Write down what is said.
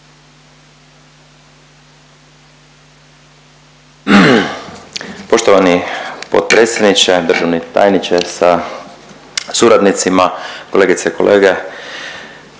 Poštovani potpredsjedniče, državni tajniče sa suradnicima, kolegice i kolege